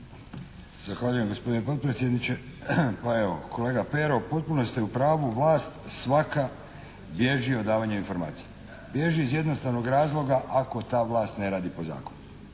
Zahvaljujem gospodine predsjedniče. Pa evo kolega Pero, potpuno ste u pravu. Vlast svaka bježi od davanja informacija. Bježi iz jednostavnog razloga, ako ta vlast ne radi po zakonu.